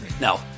No